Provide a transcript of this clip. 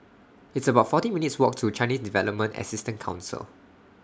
It's about forty minutes' Walk to Chinese Development Assistance Council